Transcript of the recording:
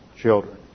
children